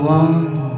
one